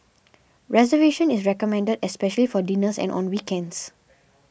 reservation is recommended especially for dinners and on weekends